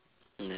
nah